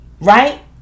Right